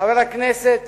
חבר הכנסת